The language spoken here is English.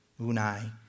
Unai